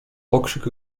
okrzyk